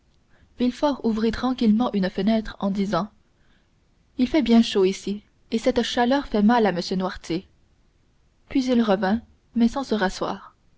bleues villefort ouvrit tranquillement une fenêtre en disant il fait bien chaud ici et cette chaleur fait mal à m noirtier puis il revint mais sans se